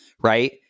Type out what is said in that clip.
right